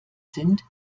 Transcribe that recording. sind